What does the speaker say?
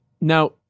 Now